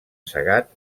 segat